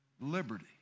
liberty